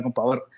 power